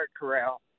corral